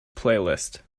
playlist